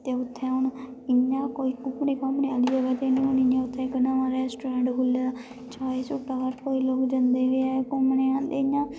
ते उत्थै हून इ'यां कोई घूमने घामने आह्ली जगह् निं इ'यां हून उत्थें इक नमां रैस्टोरैंट खुल्ले दा चाहे लोग जंदे गै ऐ घूमने गी आंदे इयां